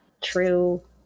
true